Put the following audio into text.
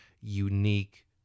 unique